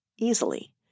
easily